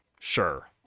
Sure